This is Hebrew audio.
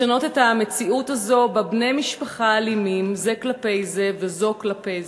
לשנות את המציאות הזאת שבה בני משפחה אלימים זה כלפי זה וזו כלפי זה,